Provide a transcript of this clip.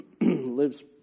lives